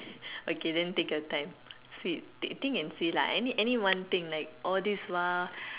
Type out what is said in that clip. okay then take your time think think and say lah any any one thing like all these while